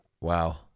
Wow